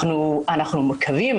אנחנו מקווים,